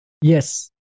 yes